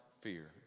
fear